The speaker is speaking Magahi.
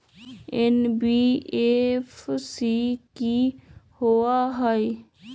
एन.बी.एफ.सी कि होअ हई?